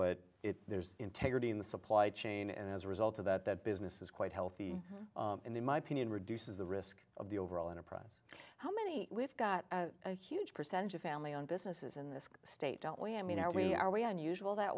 but there's integrity in the supply chain and as a result of that that business is quite healthy and then my opinion reduces the risk of the overall enterprise how many we've got a huge percentage of family owned businesses in this state don't we i mean are we are we are unusual that